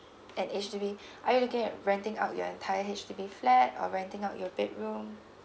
an H_D_B are you looking at renting out your entire H_D_B flat or renting out your bedroom